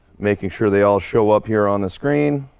making sure they all show up here on the screen